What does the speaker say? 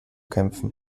kämpfen